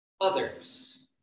others